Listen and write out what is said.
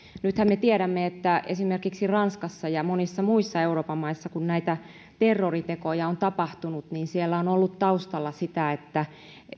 nythän me tiedämme että esimerkiksi ranskassa ja monissa muissa euroopan maissa kun näitä terroritekoja on tapahtunut siellä on ollut taustalla sitä että